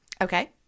Okay